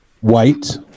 White